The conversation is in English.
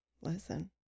listen